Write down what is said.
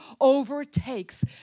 overtakes